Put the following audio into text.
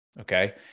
Okay